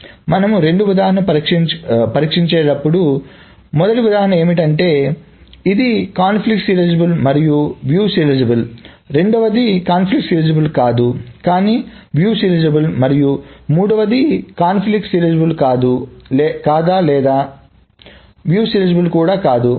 కాబట్టి మనము రెండు ఉదాహరణలను పరిష్కరించేటప్పుడు మొదటి ఉదాహరణ ఏమిటంటే ఇది కాన్ఫ్లిక్ట్ సీరియలైజబుల్ మరియు వీక్షణ సీరియలైజబుల్ రెండవది కాన్ఫ్లిక్ట్ సీరియలైజబుల్ కాదు కానీ వీక్షణ సీరియలైజబుల్ మరియు మూడవది కాన్ఫ్లిక్ట్ సీరియలైజబుల్ కాదు లేదా వీక్షణ సీరియలైజబుల్ కూడా కాదు